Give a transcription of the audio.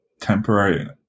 temporary